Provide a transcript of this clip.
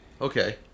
Okay